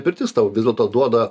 pirtis tau vis dėlto duoda